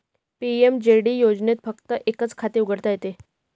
PMJD योजनेत फक्त एकच खाते उघडता येते